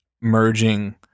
merging